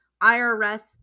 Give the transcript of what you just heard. IRS